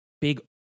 big